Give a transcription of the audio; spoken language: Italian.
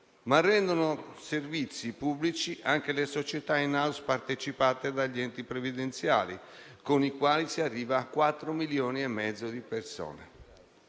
rendono servizi pubblici anche le società *in house* partecipate dagli enti previdenziali, con le quali si arriva a 4,5 milioni di persone;